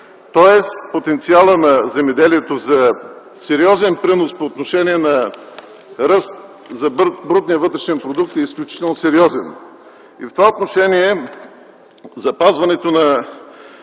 т.е. потенциалът на земеделието за сериозен принос по отношение на ръст за брутния вътрешен продукт е изключително сериозен. В това отношение запазването на